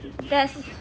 that's